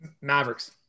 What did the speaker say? Mavericks